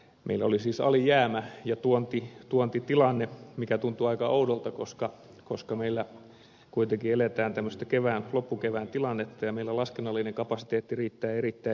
meillä oli siis alijäämä ja tuontitilanne mikä tuntuu aika oudolta koska meillä kuitenkin eletään tämmöistä loppukevään tilannetta ja meillä laskennallinen kapasiteetti riittää erittäin hyvin